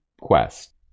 quest